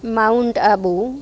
mount Abu